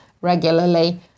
regularly